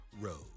Road